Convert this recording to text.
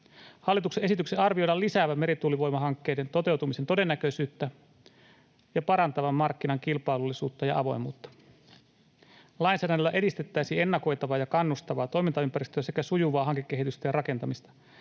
Hallituksen esityksen arvioidaan lisäävän merituulivoimahankkeiden toteutumisen todennäköisyyttä ja parantavan markkinan kilpailullisuutta ja avoimuutta. Lainsäädännöllä edistettäisiin ennakoitavaa ja kannustavaa toimintaympäristöä sekä sujuvaa hankekehitystä ja rakentamista.